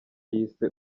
yise